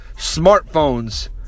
smartphones